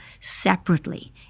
separately